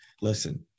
listen